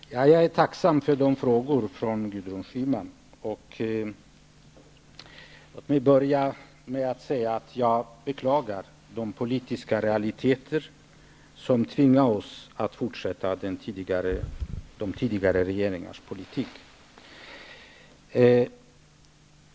Fru talman! Jag är tacksam för frågorna från Jag beklagar de politiska realiteter som tvingar oss att fortsätta med de tidigare regeringarnas politik.